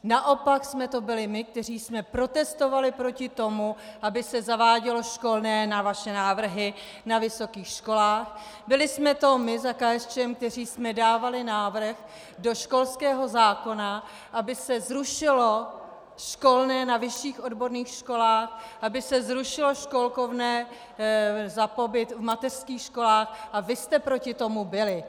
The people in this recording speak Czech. Naopak jsme to byli my, kteří jsme protestovali proti tomu, aby se zavádělo školné na vaše návrhy na vysokých školách, byli jsme to my za KSČM, kteří jsme dávali návrh do školského zákona, aby se zrušilo školné na vyšších odborných školách, aby se zrušilo školkovné za pobyt v mateřských školách, a vy jste proti tomu byli!